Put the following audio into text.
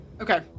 Okay